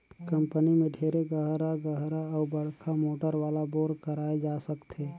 company में ढेरे गहरा गहरा अउ बड़का मोटर वाला बोर कराए जा सकथे